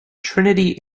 trinity